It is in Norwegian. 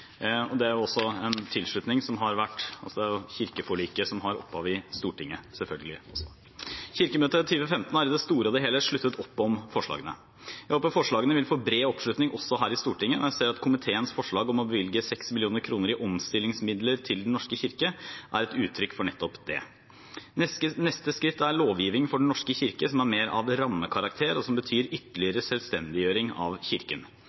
Det er kirkeforliket, som har sitt opphav i Stortinget, selvfølgelig. Kirkemøtet 2015 har i det store og hele sluttet opp om forslagene. Jeg håper forslagene vil få bred oppslutning også her i Stortinget. Jeg ser komiteens forslag om å bevilge 6 mill. kr i omstillingsmidler til Den norske kirke som et uttrykk for nettopp det. Neste skritt er en lovgivning for Den norske kirke som er mer av rammekarakter, og som betyr en ytterligere selvstendiggjøring av Kirken.